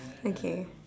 okay